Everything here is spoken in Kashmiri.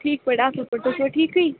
ٹھیٖک پٲٹھۍ اَصٕل پٲٹھۍ تُہۍ چھُوا ٹھیٖکٕے